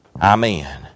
Amen